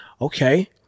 Okay